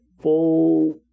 full